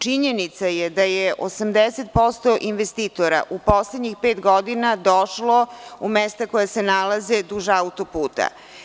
Činjenica je da je 80% investitora u poslednjih pet godina došlo u mesta koja se nalaze duž autoputa.